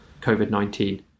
COVID-19